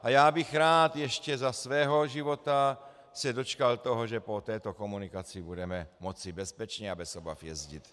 A já bych rád ještě za svého života se dočkal toho, že po této komunikaci budeme moci bezpečně a bez obav jezdit.